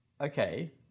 okay